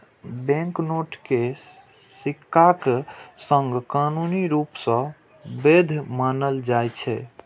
banknote कें सिक्काक संग कानूनी रूप सं वैध मानल जाइ छै